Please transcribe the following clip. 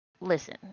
Listen